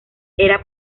era